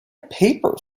paper